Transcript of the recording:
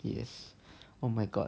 yes oh my god